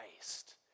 Christ